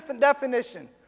definition